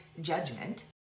judgment